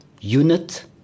unit